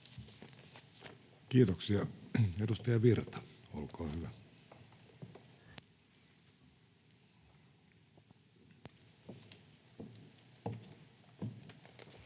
Kiitoksia. — Edustaja Virta, olkaa hyvä.